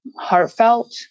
heartfelt